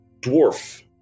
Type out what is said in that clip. dwarf